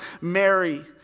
Mary